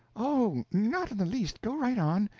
oh, not in the least go right on.